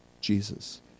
Jesus